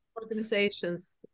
organizations